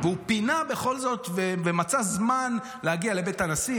והוא פינה בכל זאת ומצא זמן להגיע לבית הנשיא.